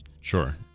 sure